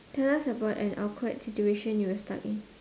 tell us about an awkward situation you were stuck in